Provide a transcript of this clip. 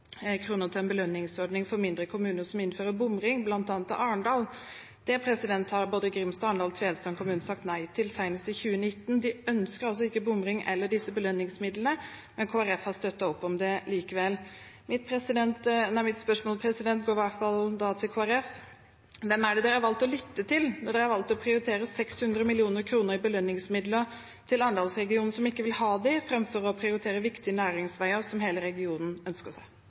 til en belønningsordning for mindre kommuner som innfører bomring, bl.a. Arendal. Det har både Grimstad kommune, Arendal kommune og Tvedestrand kommune sagt nei til, senest i 2019. De ønsker altså ikke bomring eller disse belønningsmidlene, men Kristelig Folkeparti har støttet opp om det likevel. Mitt spørsmål til Kristelig Folkeparti blir da: Hvem har dere valgt å lytte til når dere har valgt å prioritere 600 mill. kr i belønningsmidler til arendalsregionen, som ikke vil ha dem, framfor å prioritere viktige næringsveier som hele regionen ønsker seg?